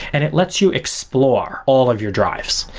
and it lets you explore all of your drives.